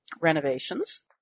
Renovations